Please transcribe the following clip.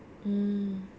mm